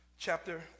chapter